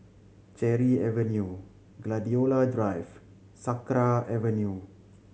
Cherry Avenue Gladiola Drive Sakra Avenue